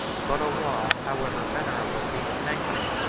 but a law, however venerable be the sanction,